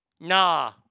Nah